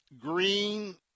Green